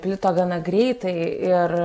plito gana greitai ir